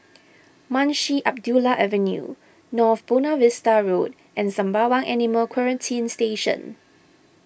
Munshi Abdullah Avenue North Buona Vista Road and Sembawang Animal Quarantine Station